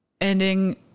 ending